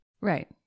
Right